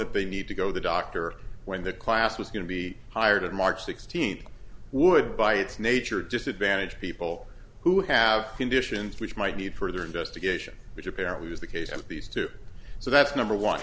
big need to go the doctor when the class was going to be hired in march sixteenth would by its nature disadvantaged people who have conditions which might need further investigation which apparently was the case of these two so that's number one